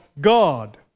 God